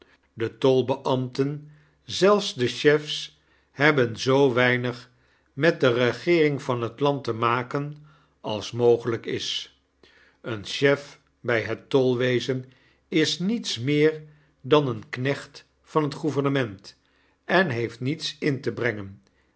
de tolbeambten zelfs de chefs hebben zoo weinig met de regeering van het land te maken als mogelyk is een chef by het tolwezen is niets meer dan een knecht van het gouvernement en heeft niets in te brengen